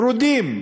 פרודים.